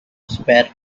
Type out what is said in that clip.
spare